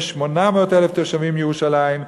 יש 800,000 תושבים בירושלים.